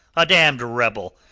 a damned rebel,